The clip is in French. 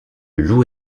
loup